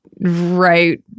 right